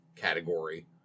category